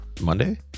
Monday